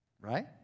Right